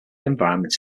environments